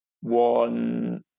one